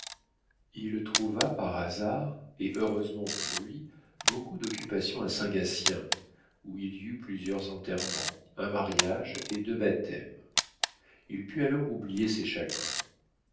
il trouva par hasard et heureusement pour lui beaucoup d'occupation à saint gatien où il y eut plusieurs enterrements un mariage et deux baptêmes il put alors oublier ses chagrins